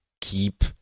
keep